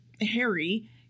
Harry